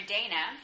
Dana